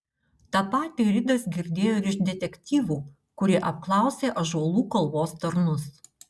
tą patį ridas girdėjo ir iš detektyvų kurie apklausė ąžuolų kalvos tarnus